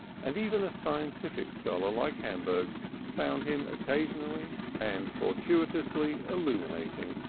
and even a scientific scholar like hamburg found him occasionally and fortuitously illuminating.